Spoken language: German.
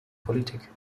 politik